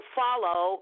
follow